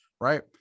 Right